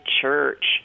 church